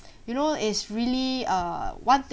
you know it's really err one